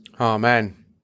Amen